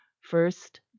first